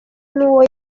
n’uwo